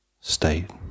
state